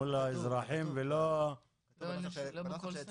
לא באמצעות חברות הגבייה.